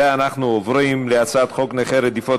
ואנחנו עוברים להצעת חוק נכי רדיפות